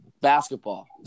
basketball